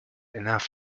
enough